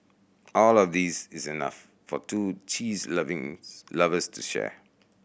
all of these is enough for two cheese loving's lovers to share